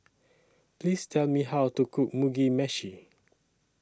Please Tell Me How to Cook Mugi Meshi